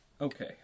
okay